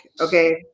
Okay